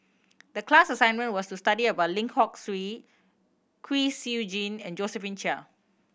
the class assignment was to study about Lim Hock Siew Kwek Siew Jin and Josephine Chia